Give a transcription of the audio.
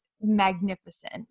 magnificent